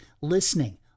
listening